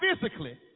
physically